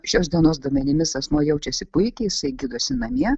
šios dienos duomenimis asmuo jaučiasi puikiai jisai gydosi namie